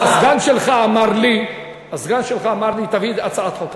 הסגן שלך אמר לי, הסגן שלך אמר לי: תביא הצעת חוק.